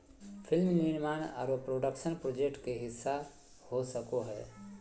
film निर्माण आरो production project के हिस्सा हो सको हय